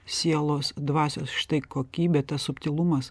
sielos dvasios štai kokybė tas subtilumas